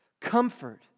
Comfort